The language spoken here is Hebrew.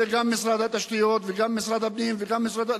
זה גם משרד התשתיות וגם משרד הפנים וגם משרד,